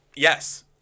Yes